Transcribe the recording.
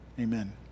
Amen